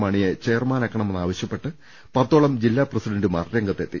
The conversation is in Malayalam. മാണിയെ ചെയർമാനാക്കണമെന്നാവശ്യപ്പെട്ട് പത്തോളം ജില്ലാ പ്രസിഡന്റുമാർ രംഗത്തെത്തി